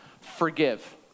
forgive